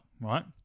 right